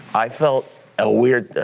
i felt a weird.